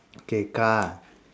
okay